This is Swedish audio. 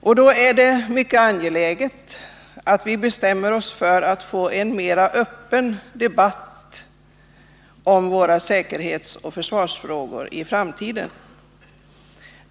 Det är därför mycket angeläget att vi bestämmer oss för att få en mer öppen debatt om våra säkerhetsoch försvarsfrågor i framtiden.